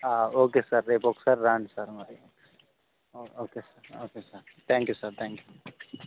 okay sir రేపు ఒక సారి రండి సార్ మరి okay sir okay sir thank you sir thank you